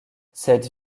cette